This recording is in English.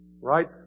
Right